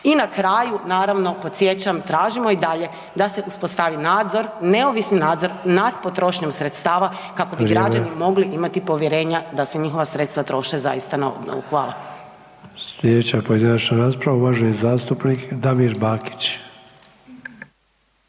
I na kraju, naravno podsjećam tražimo i dalje da se uspostavi nadzor, neovisni nadzor nad potrošnjom sredstava kako bi građani …/Upadica: Vrijeme/…mogli imati povjerenja da se njihova sredstava troše zaista na obnovu. Hvala. **Sanader, Ante (HDZ)** Slijedeća pojedinačna rasprava uvaženi zastupnik Damir Bakić.